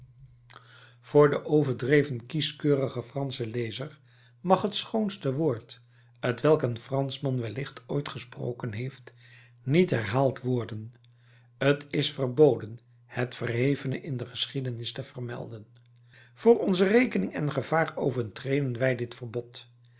voor den overdreven kieschkeurigen franschen lezer mag het schoonste woord t welk een franschman wellicht ooit gesproken heeft niet herhaald worden t is verboden het verhevene in de geschiedenis te vermelden voor onze rekening en gevaar overtreden wij dit verbod